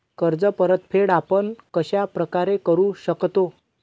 कर्ज परतफेड आपण कश्या प्रकारे करु शकतो?